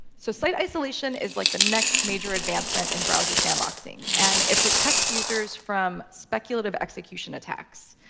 so site isolation is like the next major advancement in browser sandboxing. and it protects users from speculative execution attacks.